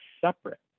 separate